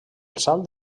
salt